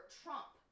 trump